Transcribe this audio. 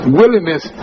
willingness